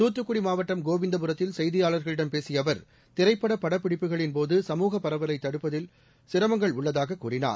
தூத்துக்குடி மாவட்டம் கோவிந்தபுரத்தில் செய்தியாளர்களிடம் பேசிய அவர் திரைப்பட படப்பிடிப்புகளின்போது சமூகப் பரவலை தடுப்பதில் சிரமங்கள் உள்ளதாக கூறினார்